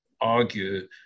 argue